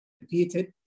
repeated